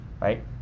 right